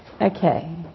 Okay